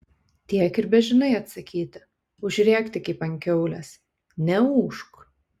tiek ir bežinai atsakyti užrėkti kaip ant kiaulės neūžk